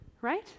right